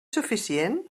suficient